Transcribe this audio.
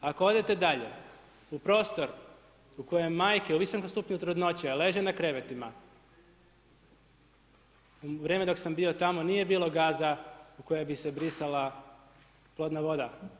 Ako odete dalje, u prostor u kojem majke u visokom stupnju trudnoće leže na krevetima, u vrijeme dok sam bio tamo nije bilo gaza u koje bi se brisala plodna voda.